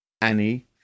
Annie